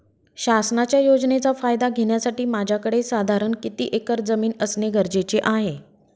शासनाच्या योजनेचा फायदा घेण्यासाठी माझ्याकडे साधारण किती एकर जमीन असणे गरजेचे आहे?